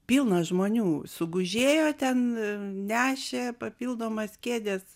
pilna žmonių sugužėjo ten nešė papildomas kėdes